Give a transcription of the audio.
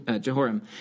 Jehoram